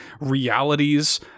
realities